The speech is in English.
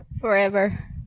forever